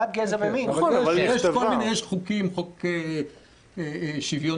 אבל יש כל מיני חוקים: חוק שוויון